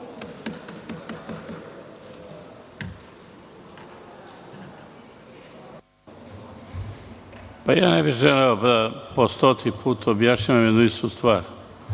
Ja ne bih želeo da po stoti put objašnjavam jednu istu stvar.